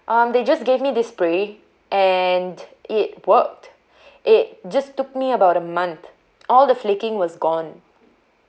um they just gave me this spray and it worked it just took me about a month all the flaking was gone